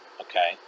okay